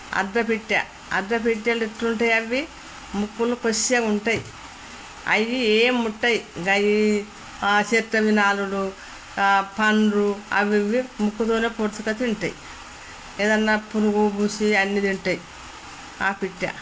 అద్ద పిట్టె అద్ద పిట్టలు ఎలా ఉంటాయి అవి ముక్కులు కొస్సగా ఉంటాయి అవి ఎముట్టాయి అవి చెత్త వినాలులు పండ్లు అవి ఇవి ముక్కుతోోనే పొడ్చుకు తింటాయి ఏదన్నా పురుగు పూచి అన్న తింటయి ఆ పిట్ట